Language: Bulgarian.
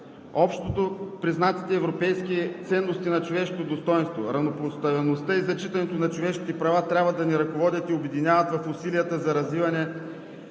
Общопризнатите европейски ценности на човешкото достойнство, равнопоставеността и зачитането на човешките права трябва да ни ръководят и обединяват в усилията за развиване